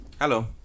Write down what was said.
hello